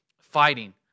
fighting